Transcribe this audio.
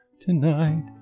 Tonight